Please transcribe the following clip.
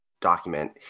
document